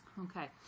okay